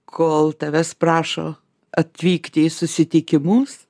kol tavęs prašo atvykti į susitikimus